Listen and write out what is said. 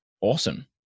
Awesome